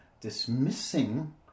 dismissing